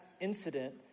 incident